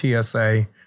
TSA